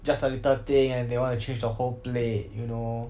just a little thing and they want to change the whole plate you know